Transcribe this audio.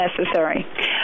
necessary